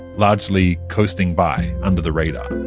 largely coasting by, under the radar